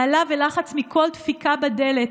בהלה ולחץ מכל דפיקה בדלת,